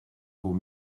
vaut